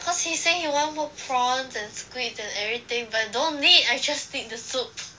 cause he say he want put prawns and squid and everything but don't need I just need the soup